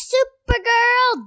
Supergirl